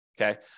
Okay